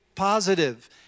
positive